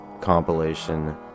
compilation